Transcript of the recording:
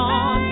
on